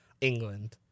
England